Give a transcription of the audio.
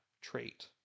trait